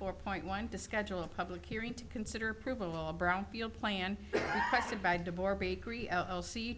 four point one to schedule a public hearing to consider approval of brownfield plan